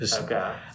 Okay